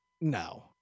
No